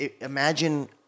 Imagine